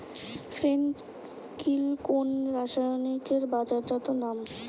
ফেন কিল কোন রাসায়নিকের বাজারজাত নাম?